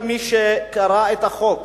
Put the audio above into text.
מי שקרא את החוק